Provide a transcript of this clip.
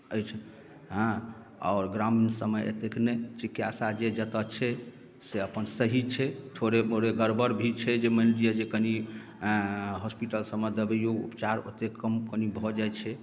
अछि हँ आओर ग्रामसभमे एतेक नहि जिज्ञासा जे जतय छै से अपन सही छै थोड़े मोड़े गड़बड़ भी छै जे मानि लिअ जे कनि हॉस्पिटल सभमे दवाइओ उपचार ओतेक कम कनि भऽ जाइत छै